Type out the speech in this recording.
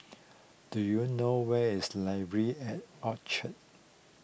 do you know where is Library at Orchard